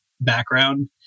background